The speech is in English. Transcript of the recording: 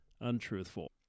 untruthful